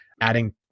adding